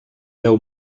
deu